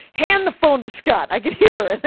hand the phone to scott! i could hear and